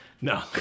no